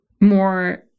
more